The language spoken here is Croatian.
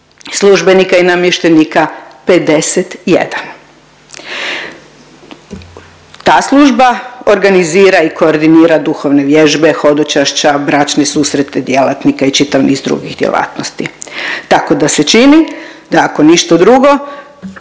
službenika i namještenika 51. Ta služba organizira i koordinira duhovne vježbe, hodočašća, bračne susrete djelatnika i čitav niz drugih djelatnosti, tako da se čini da ako ništa drugo,